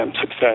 success